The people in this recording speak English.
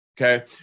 Okay